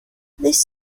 this